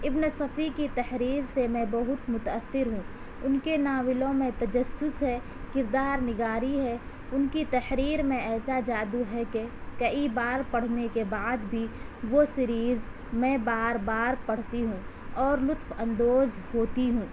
ابن صفی کی تحریر سے میں بہت متاثر ہوں ان کے ناولوں میں تجسس ہے کردار نگاری ہے ان کی تحریر میں ایسا جادو ہے کہ کئی بار پڑھنے کے بعد بھی وہ سیریز میں بار بار پڑھتی ہوں اور لطف اندوز ہوتی ہوں